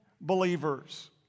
believers